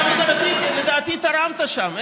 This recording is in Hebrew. לדעתי תרמת שם.